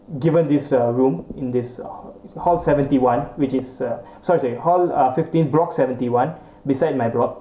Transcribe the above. given this a room in this hall hall seventy one which is a such a hall uh fifteen block seventy one beside my block